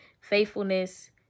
faithfulness